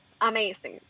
Amazing